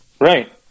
Right